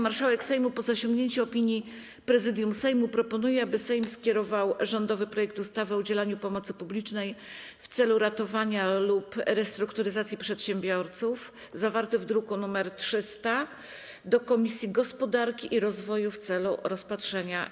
Marszałek Sejmu, po zasięgnięciu opinii Prezydium Sejmu, proponuje, aby Sejm skierował rządowy projekt ustawy o udzielaniu pomocy publicznej w celu ratowania lub restrukturyzacji przedsiębiorców, zawarty w druku nr 300, do Komisji Gospodarki i Rozwoju w celu rozpatrzenia.